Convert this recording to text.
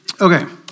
okay